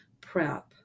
prep